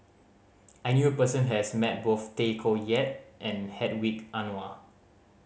I knew a person has met both Tay Koh Yat and Hedwig Anuar